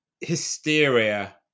hysteria